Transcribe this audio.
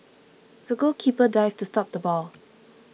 the goalkeeper dived to stop the ball